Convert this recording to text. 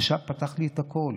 הוא ישב ופתח לפניי את הכול,